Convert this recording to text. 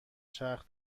چرخ